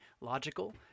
logical